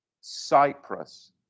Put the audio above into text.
Cyprus